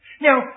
Now